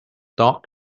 dog